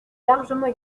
largement